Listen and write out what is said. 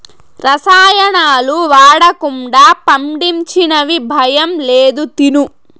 రసాయనాలు వాడకుండా పండించినవి భయం లేదు తిను